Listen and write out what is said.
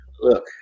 look